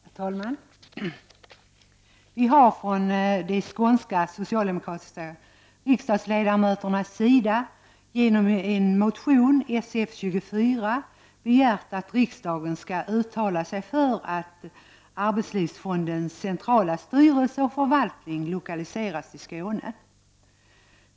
Herr talman! Vi har från de skånska socialdemokratiska riksdagsledamöternas sida genom motionen Sf24 begärt att riksdagen skall uttala sig för att arbetslivsfondens centrala styrelse och förvaltning lokaliseras till Skåne.